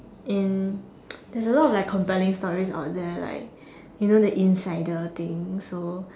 and there's a lot of like compelling stories out there like you know the insider thing so